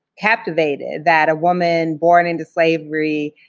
captivated that a woman born into slavery,